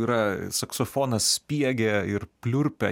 yra saksofonas spiegia ir pliurpia